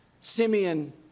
Simeon